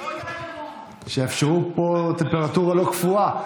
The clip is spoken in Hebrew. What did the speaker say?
שיאפשרו פה טמפרטורה לא קפואה.